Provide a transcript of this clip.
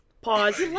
Pause